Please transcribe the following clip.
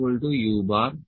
L u U